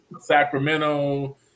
Sacramento